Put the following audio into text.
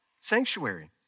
sanctuary